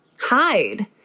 hide